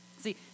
See